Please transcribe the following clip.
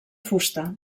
fusta